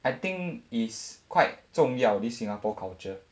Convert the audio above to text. I think it's quite 重要 this singapore culture